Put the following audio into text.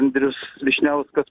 andrius vyšniauskas